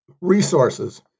resources